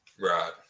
Right